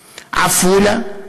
עפולה,